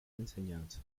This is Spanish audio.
enseñanza